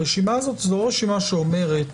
הרשימה הזאת היא לא רשימה שאומרת